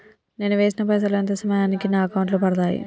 నేను వేసిన పైసలు ఎంత సమయానికి నా అకౌంట్ లో పడతాయి?